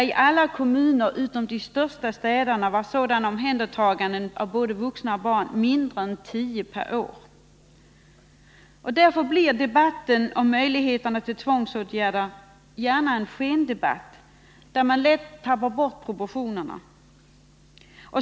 I alla kommuner utom i de största städerna var sådana omhändertaganden av både vuxna och barn mindre än tio per år. Därför blir debatten om möjligheterna till tvångsåtgärder gärna en skendebatt, där man lätt tappar bort proportionerna.